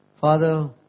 Father